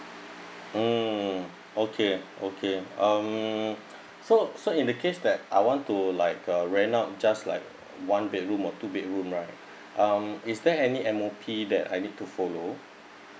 mm okay okay um so so in the case that I want to like uh rent out just like one bedroom or two bedroom right um is there any M_O_P that I need to follow